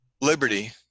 liberty